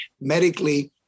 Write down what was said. medically